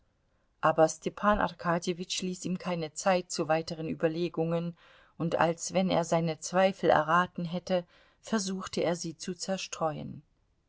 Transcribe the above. aber stepan arkadjewitsch ließ ihm keine zeit zu weiteren überlegungen und als wenn er seine zweifel erraten hätte versuchte er sie zu zerstreuen